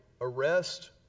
arrest